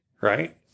right